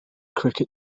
cricket